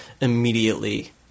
immediately